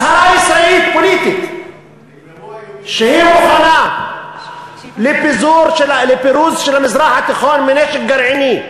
הצהרה ישראלית פוליטית שהיא מוכנה לפירוז של המזרח התיכון מנשק גרעיני,